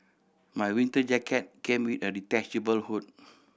my winter jacket came with a detachable hood